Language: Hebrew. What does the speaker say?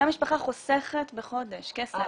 כמה משפחה חוסכת בחודש כסף?